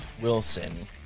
Wilson